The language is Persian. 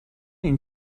این